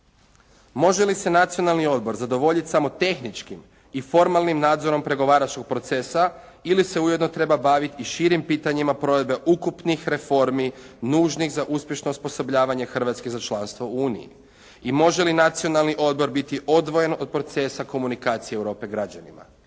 Može li se Nacionalni odbor zadovoljiti samo tehničkim i formalnim nadzorom pregovaračkog procesa ili se ujedno treba baviti i širim pitanjima provedbe ukupnih reformi nužnih za uspješno osposobljavanje Hrvatske za članstvo u Uniji i može li Nacionalni odbor biti odvojen od procesa komunikacije Europe građanima?